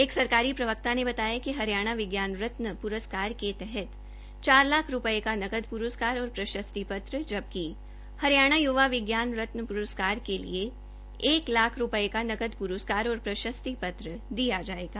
एक सरकारी प्रवक्ता ने बताया कि हरियाणा विज्ञान रत्न पुरस्कार के तहत चार लाख रुपये का नकद पुरस्कार और प्रशस्ति पत्र जबकि हरियाणा युवा विज्ञान रत्न पुरस्कार के तहत एक लाख रुपये का नकद पुरस्कार और प्रशस्ति पत्र दिया जायेगा